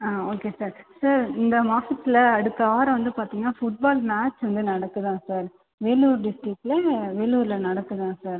ஆ okay sir sir இந்த மாசத்தில் அடுத்த வாரம் வந்து பார்த்தீங்கன்னா ஃபுட்பால் மேட்ச் வந்து நடக்குதாம் சார் வேலூர் டிஸ்ட்ரிக்ட்ல வேலூர்ல நடக்குதாம் சார்